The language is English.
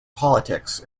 politics